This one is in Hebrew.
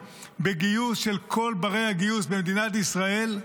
בגיוס של כל בני הגיוס במדינת ישראל,